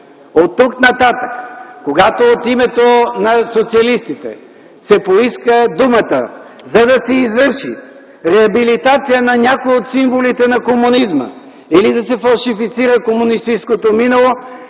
оттук нататък, когато от името на социалистите се поиска думата, за да се извърши реабилитация на някои от символите на комунизма или да се фалшифицира комунистическото минало,